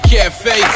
Cafe